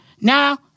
Now